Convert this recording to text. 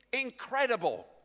incredible